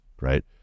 Right